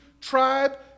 tribe